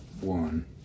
one